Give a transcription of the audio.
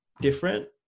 different